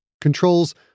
controls